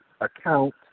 account